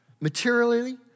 materially